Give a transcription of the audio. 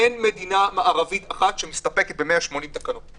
אין מדינה מערבית אחת שמסתפקת ב-180 תקנות.